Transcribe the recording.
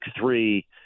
three